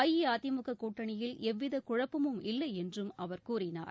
அஇஅதிமுக கூட்டணியில் எவ்வித குழப்பமும் இல்லை என்றும் அவர் கூறினார்